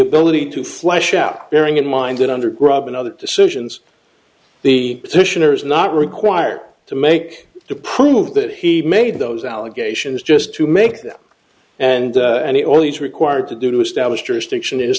ability to flush out bearing in mind that under grub and other decisions the petitioner is not required to make to prove that he made those allegations just to make them and and he only is required to do to establish jurisdiction is